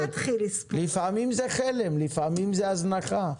לפעמים זה חלם והזנחה.